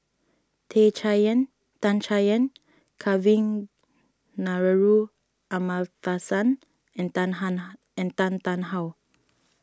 Tan Chay Yan Dan Chay Yan Kavignareru Amallathasan and Tan and Tan Tarn How